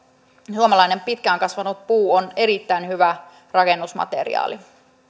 suomalainen pitkään kasvanut puu on erittäin hyvä rakennusmateriaali